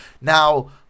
Now